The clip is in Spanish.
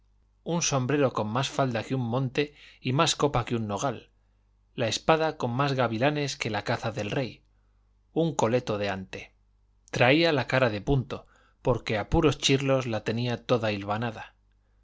un sombrero con más falda que un monte y más copa que un nogal la espada con más gavilanes que la caza del rey un coleto de ante traía la cara de punto porque a puros chirlos la tenía toda hilvanada